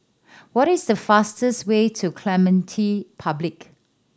what is the fastest way to Clementi Public